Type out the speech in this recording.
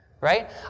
right